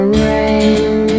rain